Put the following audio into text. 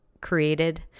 created